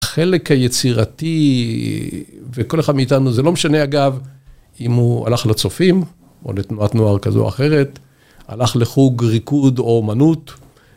החלק היצירתי, וכל אחד מאיתנו, זה לא משנה אגב אם הוא הלך לצופים או לתנועת נוער כזו או אחרת, הלך לחוג ריקוד או אמנות.